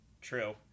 true